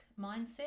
Mindset